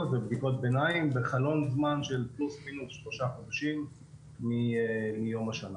ובדיקות ביניים וחלון זמן של פלוס-מינוס שלושה חודשים מיום השנה.